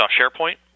SharePoint